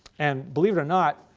and believe it or not,